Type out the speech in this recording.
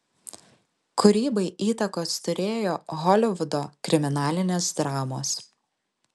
kūrybai įtakos turėjo holivudo kriminalinės dramos